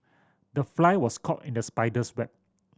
the fly was caught in the spider's web